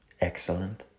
excellent